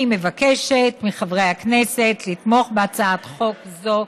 אני מבקשת מחברי הכנסת לתמוך בהצעת חוק זו